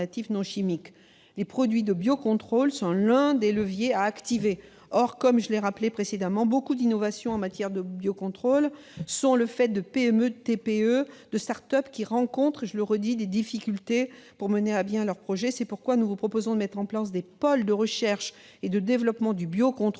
Les produits de biocontrôle sont l'un des leviers à activer. Or, comme je l'ai souligné, beaucoup d'innovations en matière de biocontrôle sont le fait de PME, de TPE et de start-up, qui rencontrent des difficultés pour mener à bien leur projet. C'est pourquoi le présent amendement vise à mettre en place des pôles de recherche et de développement du biocontrôle